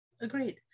Agreed